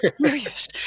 serious